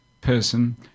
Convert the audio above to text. person